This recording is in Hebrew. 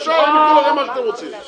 ישר יתנו לכם מה שאתם רוצים.